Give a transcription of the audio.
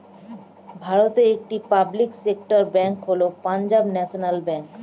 ভারতের একটি public sector bank হল পাঞ্জাব ন্যাশনাল ব্যাঙ্ক